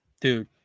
dude